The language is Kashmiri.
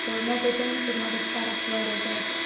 تہٕ مےٚ گے تمے سۭتۍ مگر فرق واریاہ زیادٕ